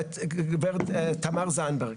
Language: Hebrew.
גב' תמר זנדברג...